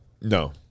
No